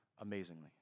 amazingly